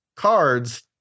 cards